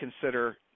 consider